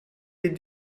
les